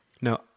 No